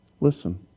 Listen